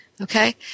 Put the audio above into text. Okay